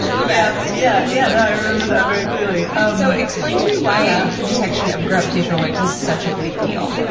the best. yeah. yeah and i remember that very clearly. ah so explain to me why ah the detection of gravitational waves is such a big deal.